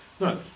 No